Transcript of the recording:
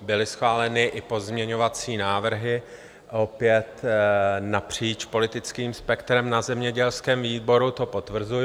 Byly schváleny i pozměňovací návrhy opět napříč politickým spektrem na zemědělském výboru, to potvrzuju.